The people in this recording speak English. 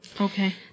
Okay